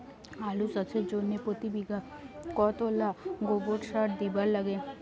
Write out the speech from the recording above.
আলু চাষের জইন্যে প্রতি বিঘায় কতোলা গোবর সার দিবার লাগে?